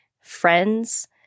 friends